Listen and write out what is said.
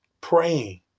praying